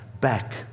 back